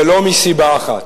ולא מסיבה אחת.